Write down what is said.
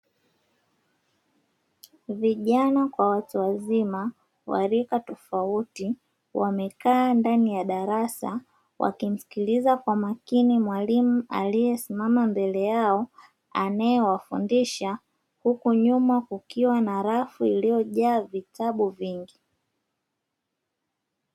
Vijana kwa watu wazima wa rika tofauti wamekaa ndani ya darasa wakimsikiliza kwa makini mwalimu aliyesimama mbele yao anayewafundisha, huku nyuma kukiwa na rafu iliyojaa vitabu vingi.